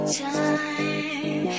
time